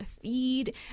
feed